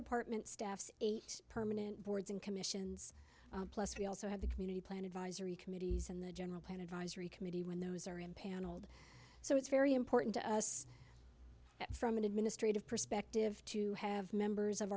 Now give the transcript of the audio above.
department staffs eight permanent boards and commissions plus we also have the community plan advisory committee and the general plan advisory committee when those are impaneled so it's very important to us that from an administrative perspective to have members of